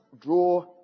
draw